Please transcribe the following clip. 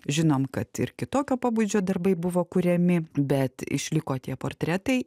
žinom kad ir kitokio pobūdžio darbai buvo kuriami bet išliko tie portretai